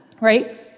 Right